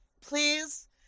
please